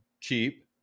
cheap